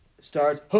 Starts